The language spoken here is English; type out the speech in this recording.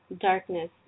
Darkness